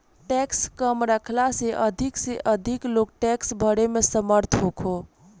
tax कम रखला से अधिक से अधिक लोग टैक्स भरे में समर्थ होखो